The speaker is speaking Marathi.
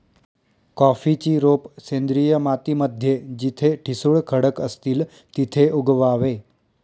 कॉफीची रोप सेंद्रिय माती मध्ये जिथे ठिसूळ खडक असतील तिथे उगवावे